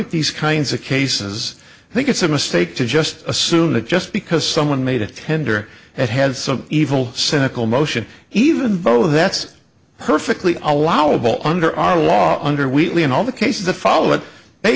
at these kinds of cases i think it's a mistake to just assume that just because someone made a tender and had some evil cynical motion even vote that's perfectly allowable under our law under wheatley and all the cases that follow it